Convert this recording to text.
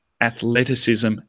athleticism